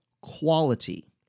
quality